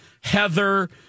Heather